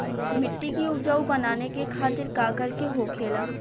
मिट्टी की उपजाऊ बनाने के खातिर का करके होखेला?